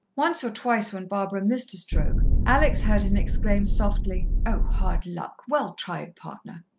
once or twice, when barbara missed a stroke, alex heard him exclaim softly, oh, hard luck! well tried, partner.